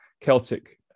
Celtic